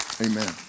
Amen